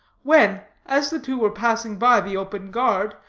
when, as the two were passing by the open guard,